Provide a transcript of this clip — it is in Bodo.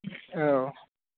औ